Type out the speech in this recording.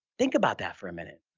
think about that for a minute.